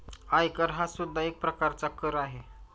आयकर हा सुद्धा एक प्रकारचा कर आहे